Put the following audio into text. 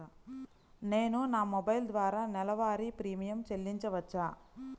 నేను నా మొబైల్ ద్వారా నెలవారీ ప్రీమియం చెల్లించవచ్చా?